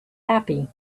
happy